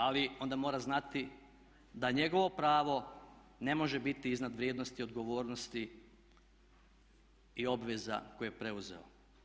Ali onda mora znati da njegovo pravo ne može biti iznad vrijednosti i odgovornosti i obveza koje je preuzeo.